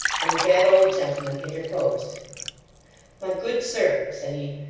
when the fat old gentleman interposed my good sir said he,